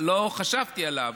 שלא חשבתי עליו.